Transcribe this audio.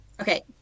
Okay